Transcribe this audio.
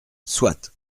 soit